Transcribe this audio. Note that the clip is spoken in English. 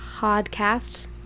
podcast